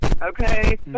okay